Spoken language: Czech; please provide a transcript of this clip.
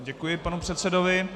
Děkuji panu předsedovi.